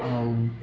ଆଉ